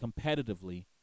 competitively